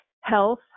health